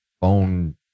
phone